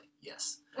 Yes